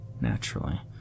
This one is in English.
naturally